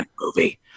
movie